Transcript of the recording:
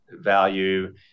value